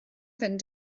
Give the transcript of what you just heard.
fynd